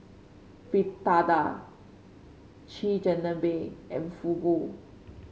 Fritada Chigenabe and Fugu